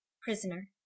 prisoner